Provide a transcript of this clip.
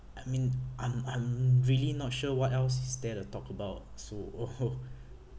I mean I'm I'm really not sure what else is there to talk about so